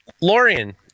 Lorian